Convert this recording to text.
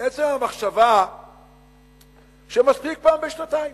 עצם המחשבה שמספיק פעם בשנתיים,